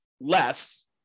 less